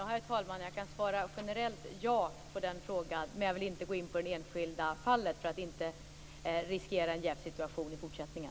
Herr talman! Jag kan svara generellt ja på den frågan, men jag vill inte gå in på det enskilda fallet, för att inte i fortsättningen riskera en jävssituation.